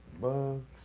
Bugs